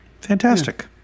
Fantastic